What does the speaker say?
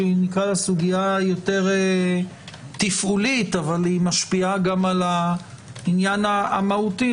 שהיא יותר תפעולית אך משפיעה גם על העניין המהותי,